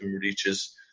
reaches